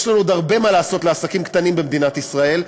יש לנו עוד הרבה מה לעשות לעסקים קטנים במדינת ישראל,